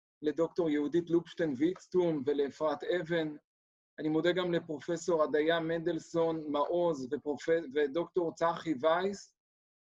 לדוקטור יהודית לובשטיין ויצטום לאפרת אבן אני מודה גם לפרופסור עדייה מנדלסון מעוז ודוקטור צחי וייס